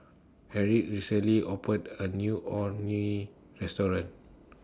Harriette recently opened A New Orh Nee Restaurant